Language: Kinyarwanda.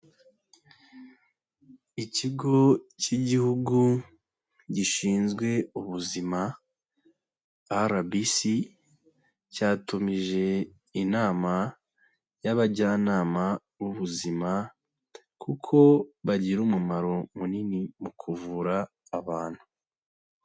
Ikigo cy'igihugu gishinzwe ubuzima RBC, cyatumije inama y'abajyanama b'ubuzima, kuko bagira umumaro munini mu kuvura abantu.